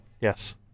yes